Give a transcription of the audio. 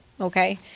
Okay